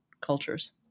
cultures